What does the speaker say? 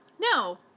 No